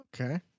Okay